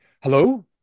hello